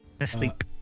asleep